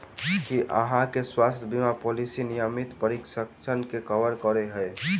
की अहाँ केँ स्वास्थ्य बीमा पॉलिसी नियमित परीक्षणसभ केँ कवर करे है?